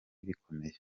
bikomeye